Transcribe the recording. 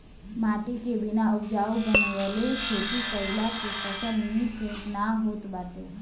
माटी के बिना उपजाऊ बनवले खेती कईला पे फसल निक ना होत बाटे